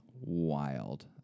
wild